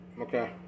okay